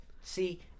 See